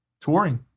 touring